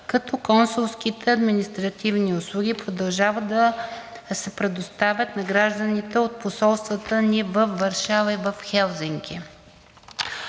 като консулските административни услуги продължават да се предоставят на гражданите от посолствата ни във Варшава и в Хелзинки.